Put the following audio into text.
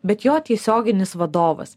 bet jo tiesioginis vadovas